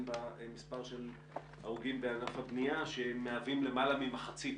במספר של הרוגים בענף הבנייה שהם מהווים למעלה ממחצית